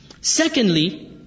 Secondly